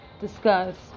discuss